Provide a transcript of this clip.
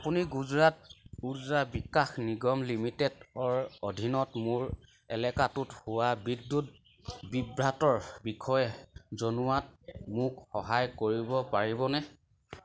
আপুনি গুজৰাট উৰ্জা বিকাশ নিগম লিমিটেডৰ অধীনত মোৰ এলেকাটোত হোৱা বিদ্যুৎ বিভ্ৰাটৰ বিষয়ে জনোৱাত মোক সহায় কৰিব পাৰিবনে